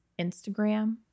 Instagram